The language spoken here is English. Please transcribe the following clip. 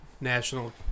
National